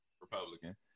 Republican